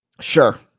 Sure